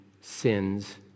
sin's